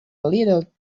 little